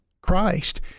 Christ